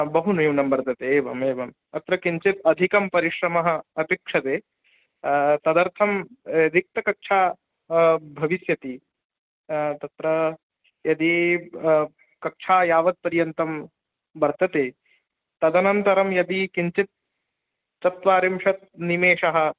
बहुन्यूनं वर्तते एवम् एवम् अत्र किञ्चित् अधिकः परिश्रमः अपेक्ष्यते तदर्थं रिक्तकक्षा भविष्यति तत्र यदि कक्षा यावत् पर्यन्तं वर्तते तदनन्तरं यदि किञ्चित् चत्वारिंशत् निमेषः